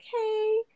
okay